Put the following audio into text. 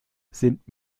sind